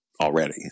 already